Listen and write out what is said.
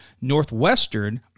Northwestern